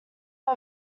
are